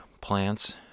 plants